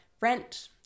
rent